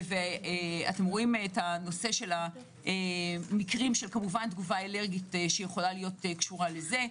אתם רואים את הנושא של המקרים של תגובה אלרגית שיכולה להיות קשורה לזה,